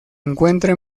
encuentra